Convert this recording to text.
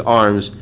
arms